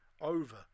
over